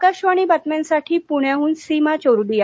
आकाशवाणी बातम्यांसाठी पुण्याहन सीमा चोरडीया